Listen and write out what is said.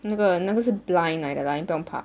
那个那个是 blind 来的来不用怕